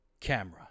camera